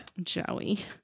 Joey